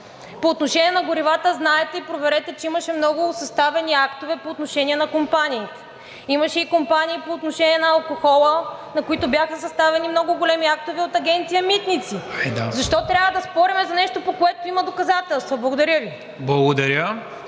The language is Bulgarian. По отношение на горивата, знаете, и проверете, че имаше много съставени актове по отношение на компании. Имаше и компании по отношение на алкохола, на които бяха съставени много големи актове от Агенция „Митници“. Защо трябва да спорим за нещо, по което има доказателства. Благодаря Ви. (Частични